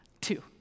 Two